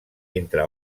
entre